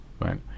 right